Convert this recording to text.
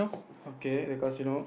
okay the Casino